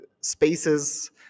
spaces